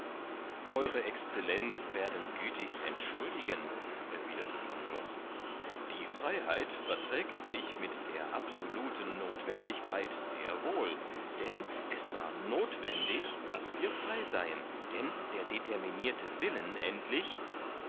ew excellenz werden gütigst entschuldigen erwiderte pangloß die freiheit verträgt sich mit der absoluten nothwendigkeit sehr wohl denn es war nothwendig daß wir frei seien denn der determinirte willen endlich